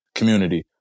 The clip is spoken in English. Community